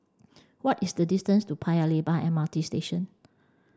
what is the distance to Paya Lebar M R T Station